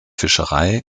fischerei